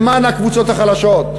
למען הקבוצות החלשות,